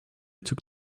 took